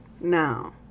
Now